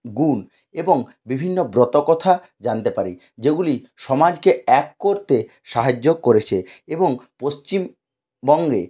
গুন এবং বিভিন্ন ব্রতকথা জানতে পারি যেগুলি সমাজকে এক করতে সাহায্য করেছে এবং পশ্চিমবঙ্গে